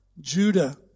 Judah